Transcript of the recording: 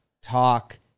talk